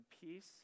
peace